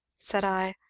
said i.